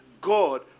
God